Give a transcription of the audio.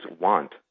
want